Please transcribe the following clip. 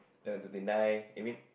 level thirty nine I mean